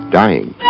dying